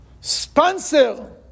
sponsor